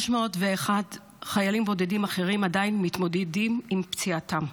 301 חיילים בודדים אחרים עדיין מתמודדים עם פציעתם.